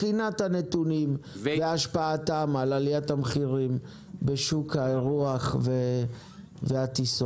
בחינת הנתונים והשפעתם על עליית המחירים בשוק האירוח והטיסות.